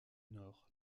nord